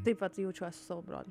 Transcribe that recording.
taip vat jaučiuos su savo broliu